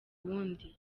wundi